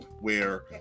where-